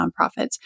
nonprofits